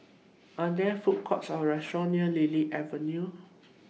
Are There Food Courts Or restaurants near Lily Avenue